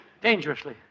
dangerously